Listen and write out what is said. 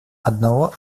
одного